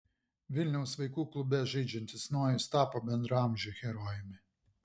vilniaus vaikų klube žaidžiantis nojus tapo bendraamžių herojumi